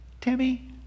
Timmy